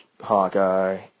Hawkeye